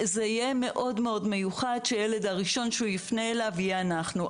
זה יהיה מאוד-מאוד מיוחד שהראשון שילד יפנה אליו זה יהיה אנחנו.